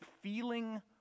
feeling